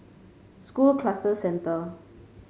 School Cluster Centre